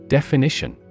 Definition